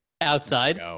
Outside